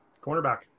Cornerback